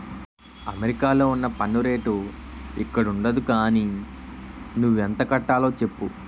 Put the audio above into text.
అమెరికాలో ఉన్న పన్ను రేటు ఇక్కడుండదు గానీ నువ్వెంత కట్టాలో చెప్పు